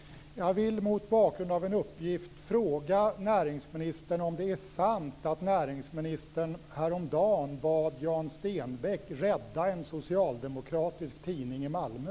Jag vill mot bakgrund av en uppgift fråga näringsministern om det är sant att näringsministern häromdagen bad Jan Stenbeck att rädda en socialdemokratisk tidning i Malmö.